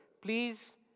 please